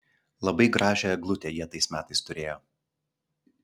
labai gražią eglutę jie tais metais turėjo